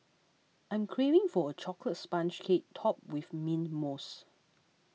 I am craving for a Chocolate Sponge Cake Topped with Mint Mousse